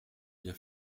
bien